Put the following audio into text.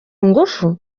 ngufu